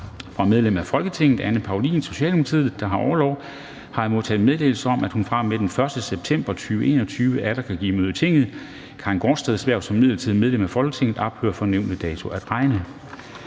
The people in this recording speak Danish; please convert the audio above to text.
Fra medlem af Folketinget Anne Paulin, Socialdemokratiet, der har orlov, har jeg modtaget meddelelse om, at hun fra og med den 1. september 2021 atter kan give møde i Tinget. Karin Gaardsteds hverv som midlertidigt medlem af Folketinget ophører fra nævnte dato at regne.